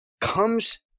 comes